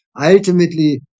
ultimately